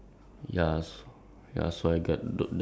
uh like from the